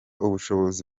ubushobozi